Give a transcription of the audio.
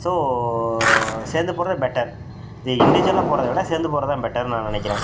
so சேர்ந்து போகறது better நீ இண்டிவிஜுவலாக போகறத விட சேர்ந்து போகறது தான் பெட்டர்னு நான் நினைக்கிறேன்